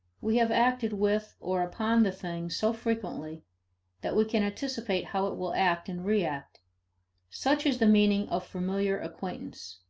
we have acted with or upon the thing so frequently that we can anticipate how it will act and react such is the meaning of familiar acquaintance.